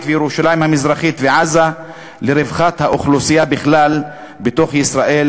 וירושלים המזרחית ועזה לרווחת האוכלוסייה בכלל בתוך ישראל,